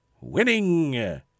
winning